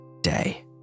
day